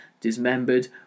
dismembered